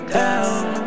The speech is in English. down